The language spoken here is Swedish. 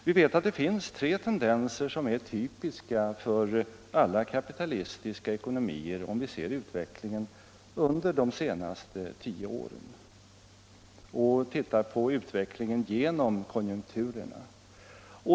Vi vet att det finns tre tendenser som är typiska för alla kapitalistiska ekonomier, om vi ser utvecklingen under de senaste tio åren och ser på utvecklingen genom konjunkturerna.